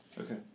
Okay